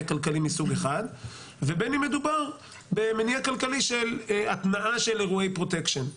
כלכלי מסוג אחד ובין אם מדובר במניע כלכלי של התנעה של אירועי פרוטקשן,